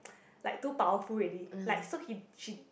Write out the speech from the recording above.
like two powerful already like so he she